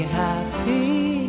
happy